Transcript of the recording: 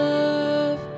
love